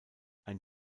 ein